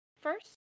first